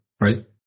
right